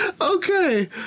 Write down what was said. Okay